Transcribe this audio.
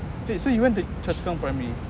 okay so you went primary